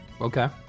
Okay